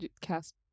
cast